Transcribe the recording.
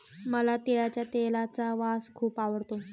मला तिळाच्या तेलाचा वास खूप आवडतो